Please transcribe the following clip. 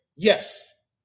Yes